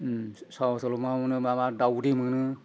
साहा हटेलाव मा मोनो मा दाउदै मोनो